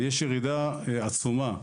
יש ירידה עצומה.